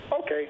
Okay